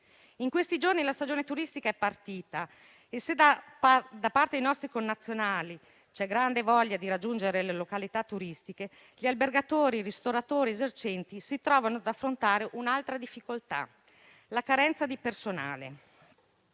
In questi giorni la stagione turistica è partita e, se da parte dei nostri connazionali c'è grande voglia di raggiungere le località turistiche, gli albergatori, i ristoratori e gli esercenti si trovano ad affrontare un'altra difficoltà: la carenza di personale.